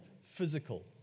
physical